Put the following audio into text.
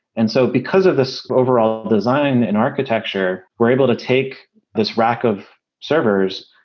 and so because of this overall design and architecture, we're able to take this rack of servers.